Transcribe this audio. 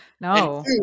no